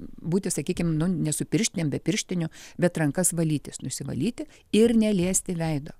būti sakykim nu ne su pirštinėm be pirštinių bet rankas valytis nusivalyti ir neliesti veido